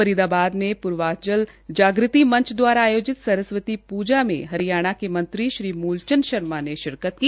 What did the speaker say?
फरीदाबाद मे पूर्वाचल जाग्रति मंच दवारा आयोजित सरस्वती पूजा में हरियाणा के मंत्री श्री मूल चंद शर्मा ने शिरकित की